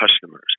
customers